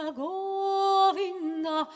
govinda